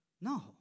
No